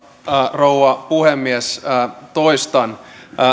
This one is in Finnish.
rouva puhemies toistan